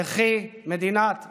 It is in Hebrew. תחי מדינת ישראל.